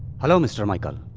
hello, mr. michael.